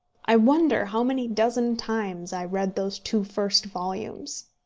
i wonder how many dozen times i read those two first volumes.